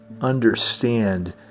understand